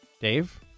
Dave